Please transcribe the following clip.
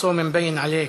הצום ניכר בך.)